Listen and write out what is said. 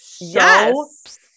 Yes